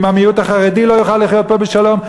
אם המיעוט החרדי לא יוכל לחיות פה בשלום,